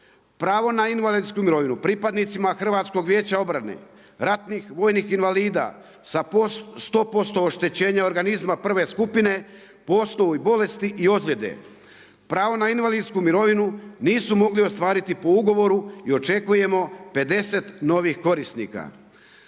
pravo na invalidsku mirovinu pripadnicima HVO-a, ratnih vojnih invalida sa 100% oštećenja organizma prve skupine po osnovu i bolesti i ozljede. Prvo na invalidsku mirovinu nisu mogli ostvariti po ugovoru i očekujemo 50 novih korisnika.